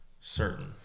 certain